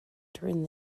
during